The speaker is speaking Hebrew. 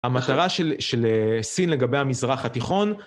המטרה של סין לגבי המזרח התיכון.